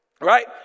right